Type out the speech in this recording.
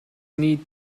need